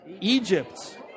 Egypt